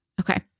Okay